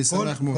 אני שמח מאוד.